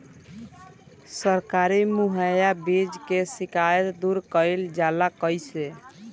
सरकारी मुहैया बीज के शिकायत दूर कईल जाला कईसे?